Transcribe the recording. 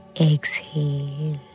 exhale